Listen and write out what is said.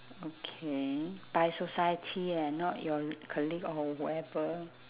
okay by society eh not your colleague or whoever